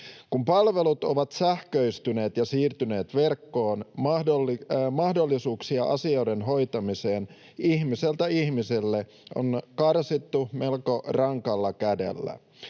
Kun palvelut ovat sähköistyneet ja siirtyneet verkkoon, mahdollisuuksia asioiden hoitamiseen ihmiseltä ihmiselle on karsittu melko rankalla kädellä.